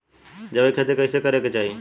जैविक खेती कइसे करे के चाही?